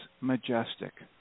majestic